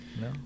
No